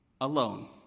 alone